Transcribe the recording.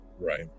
right